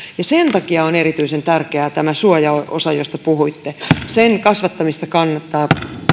ja sen takia on erityisen tärkeää tämä suojaosa josta puhuitte sen kasvattamista kannattaa